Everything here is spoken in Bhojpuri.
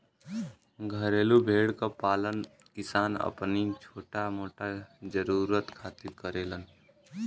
घरेलू भेड़ क पालन किसान अपनी छोटा मोटा जरुरत खातिर करेलन